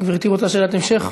גברתי רוצה שאלת המשך?